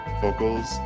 vocals